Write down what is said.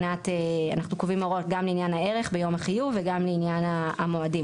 אנחנו קובעים הוראות גם לעניין הערך ביום החיוב וגם לעניין המועדים,